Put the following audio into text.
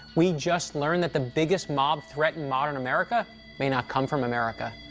we just learned that the biggest mob threat in modern america may not come from america.